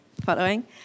following